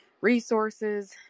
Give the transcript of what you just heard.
resources